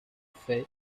fait